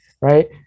right